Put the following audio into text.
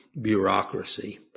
bureaucracy